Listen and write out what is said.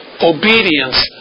obedience